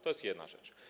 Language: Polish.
To jest jedna rzecz.